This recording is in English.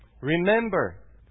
Remember